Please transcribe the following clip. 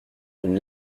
une